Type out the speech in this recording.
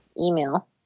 email